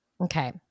Okay